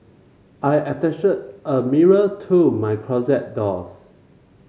I attached a mirror to my closet doors